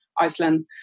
iceland